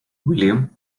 william